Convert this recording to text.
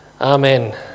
Amen